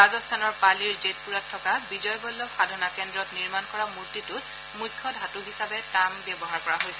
ৰাজস্থানৰ পালিৰ জেটপুৰাত থকা বিজয়বল্লভ সাধনা কেন্দ্ৰত নিৰ্মাণ কৰা মূৰ্তিটোত মুখ্য ধাতু হিচাপে তাম ব্যৱহাৰ কৰা হৈছে